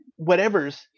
whatevers